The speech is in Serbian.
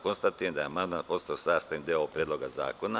Konstatujem da je amandman postao sastavni deo Predloga zakona.